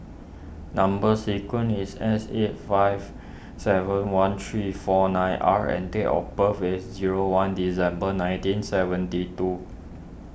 Number Sequence is S eight five seven one three four nine R and date of birth is zero one December nineteen seventy two